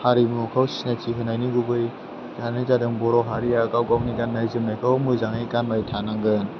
हारिमुखौ सिनायथि होनायनि गुबै जाहोनानो जादों बर' हारिया गाव गावनि गाननाय जोमनायखौ मोजाङै गानबाय थानांगोन